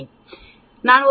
இது சராசரியின் நிலையான பிழை